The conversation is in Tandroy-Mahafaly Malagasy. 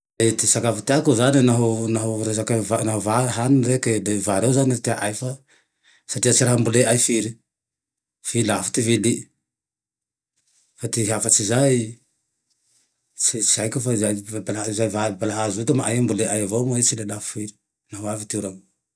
E ty sakafo tiako zane naho resaky va naho va- hanireky, vary eo zane ro teaay fa satria tsy amboleaay firy, fe lafo ty viliy, fa ty hafa tsy zay tsy haiko fa bala-vary-balahazo io ty amay amboleaay avao tsy le lafo firy naho avy ty oragne